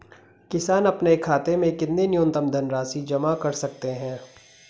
किसान अपने खाते में कितनी न्यूनतम धनराशि जमा रख सकते हैं?